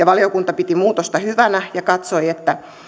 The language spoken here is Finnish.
valiokunta piti muutosta hyvänä ja katsoi että